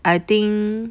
I think